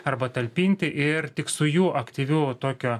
arba talpinti ir tik su jų aktyviu tokiu